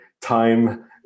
time